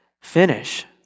finish